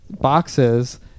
boxes